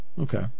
Okay